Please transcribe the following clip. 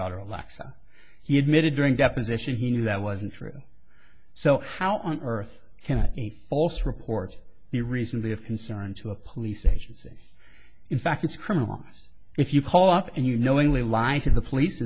daughter alexa he admitted during deposition he knew that wasn't true so how on earth can a false report the reason be of concern to a police agency in fact it's criminal us if you call up and you knowingly lie to the police